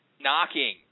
knocking